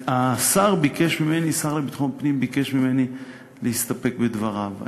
השר לביטחון פנים ביקש ממני, להסתפק בדבריו.